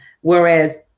Whereas